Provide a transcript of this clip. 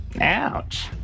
Ouch